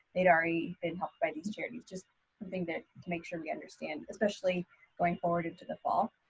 they'd already been helped by these charities, just something that to make sure we understand, especially going forward into the fall.